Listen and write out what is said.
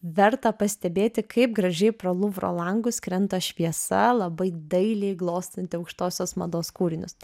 verta pastebėti kaip gražiai pro luvro langus krenta šviesa labai dailiai glostanti aukštosios mados kūrinius